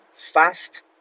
Fast